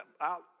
out